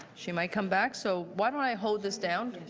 she might come back. so why don't i hold this down.